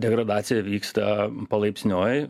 degradacija vyksta palaipsniui